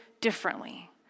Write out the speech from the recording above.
differently